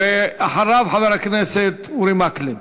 ואחריו, חבר הכנסת אורי מקלב.